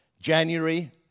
January